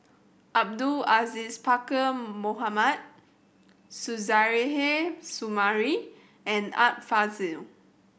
Abdul Aziz Pakkeer Mohamed Suzairhe Sumari and Art Fazil